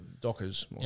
Dockers